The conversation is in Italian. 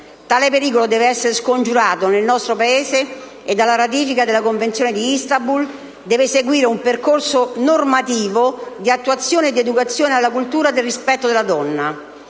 Tale pericolo deve essere scongiurato nel nostro Paese ed alla ratifica della Convenzione di Istanbul deve seguire un percorso normativo di attuazione e di educazione alla cultura del rispetto della donna.